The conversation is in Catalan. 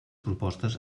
propostes